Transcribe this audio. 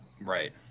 Right